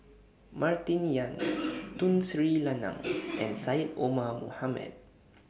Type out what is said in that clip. Martin Yan Tun Sri Lanang and Syed Omar Mohamed